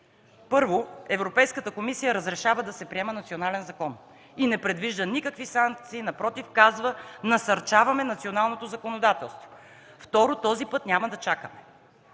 Първо, Европейската комисия разрешава да се приема национален закон и не предвижда никакви санкции. Напротив, казва да насърчаваме националното законодателство. Второ, този път няма да чакаме.